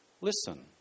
Listen